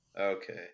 Okay